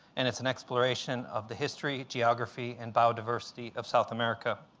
and it's an exploration of the history, geography, and biodiversity of south america.